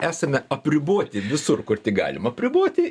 esame apriboti visur kur tik galim apriboti